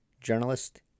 journalist